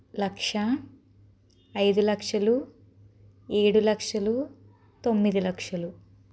లక్ష ఐదులక్షలు ఏడులక్షలు తొమ్మిది లక్షలు